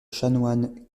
chanoine